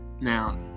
now